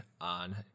on